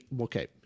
okay